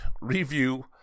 review